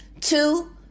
Two